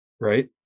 right